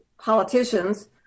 politicians